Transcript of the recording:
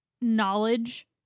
knowledge